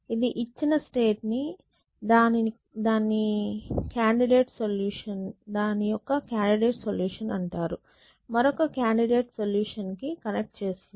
ఇది ఇచ్చిన స్టేట్ ని దానినే కాండిడేట్ సొల్యూషన్ అంటారు మరొక కాండిడేట్ సొల్యూషన్ కి కనెక్ట్ చేస్తుంది